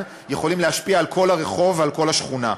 יכולים להשפיע על כל הרחוב ועל כל השכונה.